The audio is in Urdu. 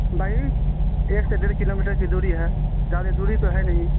ایک سے ڈیڑھ کلو میٹر کی دوری ہے زیادہ دوری تو ہے نہیں